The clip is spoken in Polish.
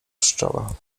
pszczoła